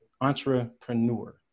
entrepreneur